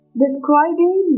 describing